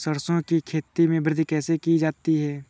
सरसो की खेती में वृद्धि कैसे की जाती है?